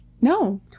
No